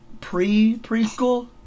pre-preschool